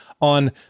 on